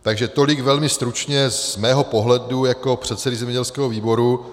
Takže tolik velmi stručně z mého pohledu jako předsedy zemědělského výboru.